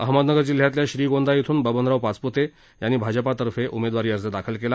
अहमदनगर जिल्ह्यातील श्रीगोंदा इथून बबनराव पाचपूते यांनी भाजपतर्फे उमेदवारी अर्ज दाखल केला